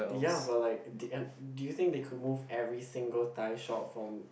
ya but like in the end do you think they could move every single Thai shop from